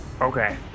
Okay